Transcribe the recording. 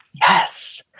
Yes